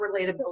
relatability